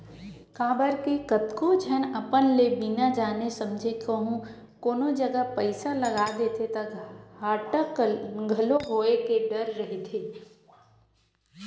काबर के कतको झन अपन ले बिना जाने समझे कहूँ कोनो जगा पइसा लगा देथे ता घाटा घलो होय के डर रहिथे